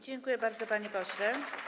Dziękuję bardzo, panie pośle.